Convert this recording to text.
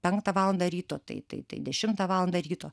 penktą valandą ryto tai tai tai dešimtą valandą ryto